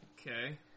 Okay